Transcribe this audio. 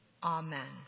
Amen